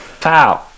Pow